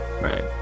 right